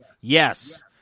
Yes